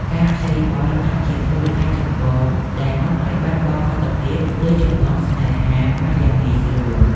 ការខ្ចីបុលអាចជាមូលហេតុចម្បងដែលនាំឲ្យបាត់បង់មិត្តភាព ឬចំណងស្នេហាបានយ៉ាងងាយស្រួល។